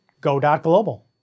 Go.Global